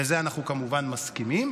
לזה אנחנו כמובן מסכימים,